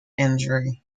injury